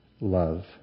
love